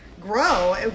grow